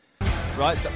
right